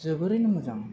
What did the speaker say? जोबोरैनो मोजांमोन